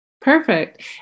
Perfect